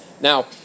Now